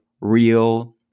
real